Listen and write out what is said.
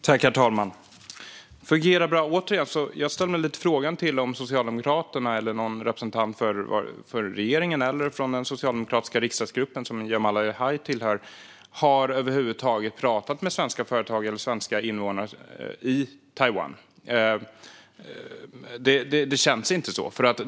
Herr talman! Jag ställer mig återigen frågan om någon från Socialdemokraterna, regeringen eller den socialdemokratiska riksdagsgruppen över huvud taget har pratat med svenska företagare eller svenska invånare i Taiwan. Det känns inte så.